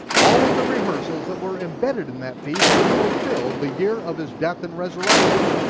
all of the rehearsals that were embedded in that feast were fulfilled the year of his death and resurrection.